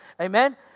Amen